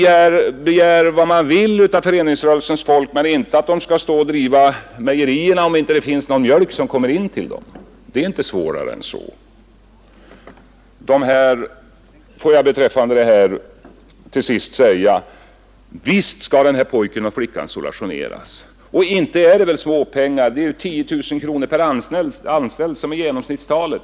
Begär vad man vill av föreningsrörelsens folk, men inte att de skall stå och driva mejerierna om det inte kommer in någon mjölk till dem! Det är inte svårare än så. Till sist vill jag säga: Visst skall pojken och flickan i det här fallet soulageras! Och inte är det väl småpengar? Det är ju 10 000 kronor per anställd som är genomsnittstalet.